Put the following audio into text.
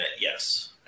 yes